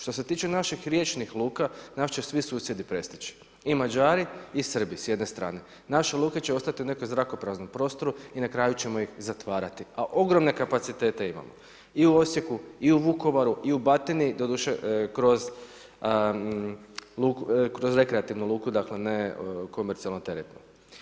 Što se tiče naših riječnih luka nas će svi susjedi prestići i Mađari i Srbi s jedne strane, naše luke će ostati u nekom zrakopraznom prostoru i na kraju ćemo ih zatvarati, a ogromne kapacitete imamo i u Osijeku i u Vukovaru i u Batini doduše kroz rekreativnu luku dakle ne komercijalno teretnu.